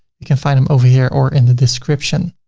you can find them over here or in the description.